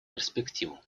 перспективу